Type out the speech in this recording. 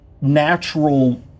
natural